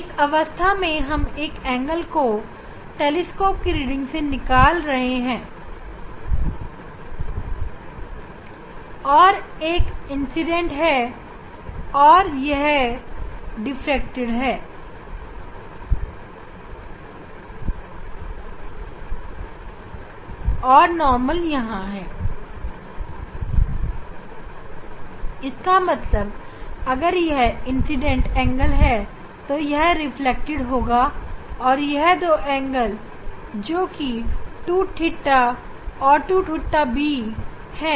इस अवस्था में हम एंगल को टेलीस्कोपकी रीडिंग से निकाल रहे हैं और यह इंसिडेंट है और नॉर्मल यहां है इसका मतलब अगर यह इंसिडेंट एंगल है तो यह रिफ्लेक्टेड होगा यह दोनों एंगल 2θB के बराबर है